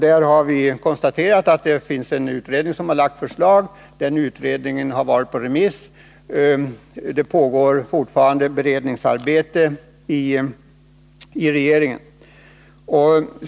Utskottet konstaterar att en utredning har lagt fram förslag som har varit på remiss, och det pågår fortfarande beredningsarbete i regeringen.